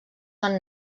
són